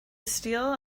steel